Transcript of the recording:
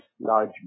large